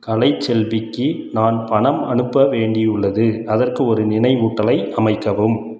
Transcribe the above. கலைச்செல்விக்கு நான் பணம் அனுப்ப வேண்டி உள்ளது அதற்கு ஒரு நினைவூட்டலை அமைக்கவும்